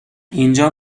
اینجا